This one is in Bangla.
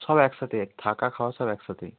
সব একসাথে থাকা খাওয়া সব একসাথেই